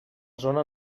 zona